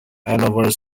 hanover